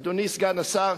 אדוני סגן השר,